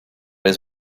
his